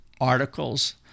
articles